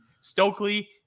Stokely